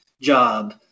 job